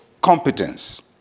competence